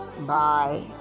bye